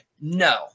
No